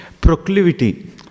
proclivity